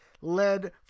led